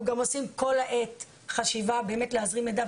אנחנו גם עושים כל העת חשיבה להזרים מידע,